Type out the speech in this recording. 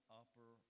upper